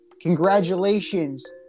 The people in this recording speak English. Congratulations